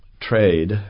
Trade